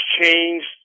changed